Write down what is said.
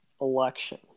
election